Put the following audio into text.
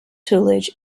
tutelage